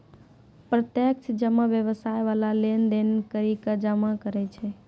प्रत्यक्ष जमा व्यवसाय बाला लेन देन करि के जमा करै छै